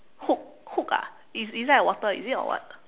hook hook ah it's inside the water is it or what